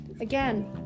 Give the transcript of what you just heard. again